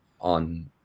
on